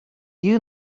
you